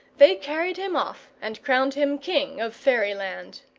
they carried him off, and crowned him king of fairyland.